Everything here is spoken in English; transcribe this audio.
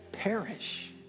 perish